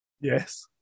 yes